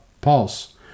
Pulse